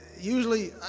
Usually